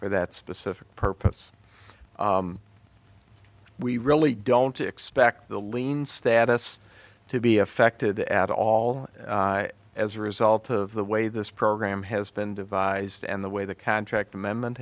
for that specific purpose we really don't expect the lien status to be affected at all as a result of the way this program has been devised and the way the contract amendment